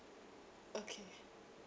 okay